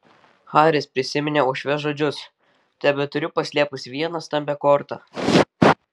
haris prisiminė uošvės žodžius tebeturiu paslėpusi vieną stambią kortą